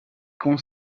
com